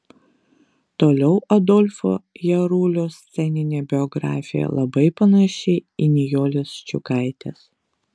toliau adolfo jarulio sceninė biografija labai panaši į nijolės ščiukaitės